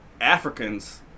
Africans